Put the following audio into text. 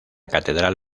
catedral